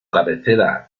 cabecera